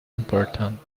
important